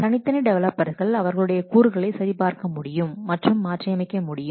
தனித்தனி டெவலப்பர்கள் அவர்களுடைய கூறுகளை சரி பார்க்க முடியும் மற்றும் மாற்றி அமைக்க முடியும்